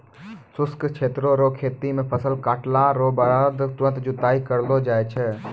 शुष्क क्षेत्र रो खेती मे फसल काटला रो बाद तुरंत जुताई करलो जाय छै